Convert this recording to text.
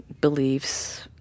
beliefs